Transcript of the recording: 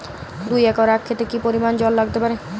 দুই একর আক ক্ষেতে কি পরিমান জল লাগতে পারে?